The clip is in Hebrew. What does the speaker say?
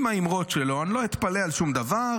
עם האמירות שלו, אני לא אתפלא על שום דבר.